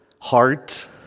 heart